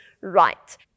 right